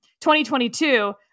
2022